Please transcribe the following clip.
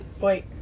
wait